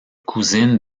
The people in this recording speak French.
cousine